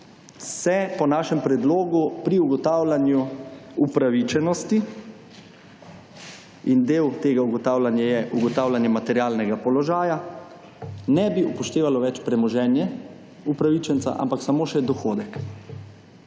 se po našem predlogu, pri ugotavljanju upravičenosti in del tega ugotavljanja je ugotavljanje materialnega položaja, ne bi upoštevalo več premoženje upravičenca, ampak samo še dohodek.